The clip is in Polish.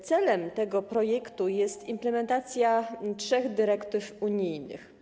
Celem tego projektu jest implementacja trzech dyrektyw unijnych.